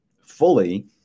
fully